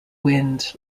wind